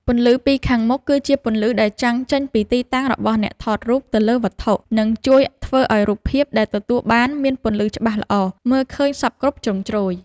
ពន្លឺពីខាងមុខគឺជាពន្លឺដែលចាំងចេញពីទីតាំងរបស់អ្នកថតរូបទៅលើវត្ថុ និង ជួយធ្វើឱ្យរូបភាពដែលទទួលបានមានពន្លឺច្បាស់ល្អមើលឃើញសព្វគ្រប់ជ្រុងជ្រោយ។